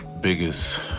biggest